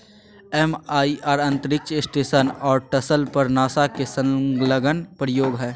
MIR अंतरिक्ष station और shuttle पर नासा के संलग्न प्रयोग हइ